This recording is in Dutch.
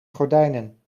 gordijnen